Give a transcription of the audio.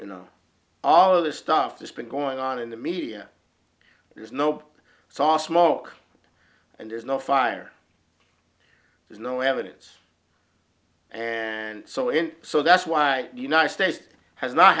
you know all of this stuff that's been going on in the media there's no saw smoke and there's no fire there's no evidence and so in so that's why the united states has not